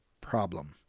problem